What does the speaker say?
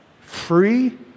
free